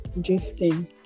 drifting